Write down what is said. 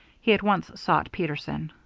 he at once sought peterson.